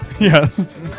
Yes